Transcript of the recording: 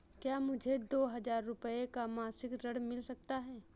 क्या मुझे दो हजार रूपए का मासिक ऋण मिल सकता है?